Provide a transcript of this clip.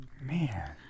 Man